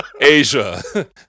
Asia